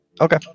okay